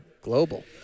global